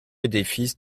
édifice